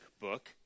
book